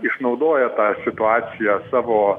išnaudoja situaciją savo